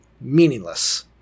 meaningless